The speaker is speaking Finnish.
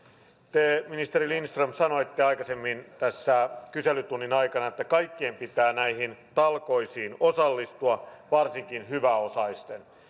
te ministeri lindström sanoitte aikaisemmin tässä kyselytunnin aikana että kaikkien pitää näihin talkoisiin osallistua varsinkin hyväosaisten